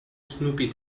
snoopy